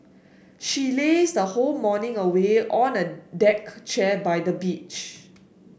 she lazed whole morning away on a deck chair by the beach